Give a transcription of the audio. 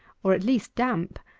or at least damp,